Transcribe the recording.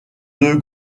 deux